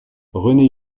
rené